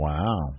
Wow